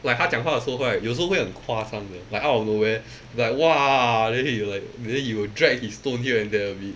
like 他讲话的时候 right 有时候会很夸张的 like out of nowhere like !wah! then he will like then he will drag his tone here and there a bit